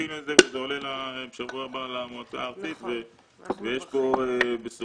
שותפים לזה וזה עולה בשבוע הבא למועצה הארצית ויש כאן בשורה.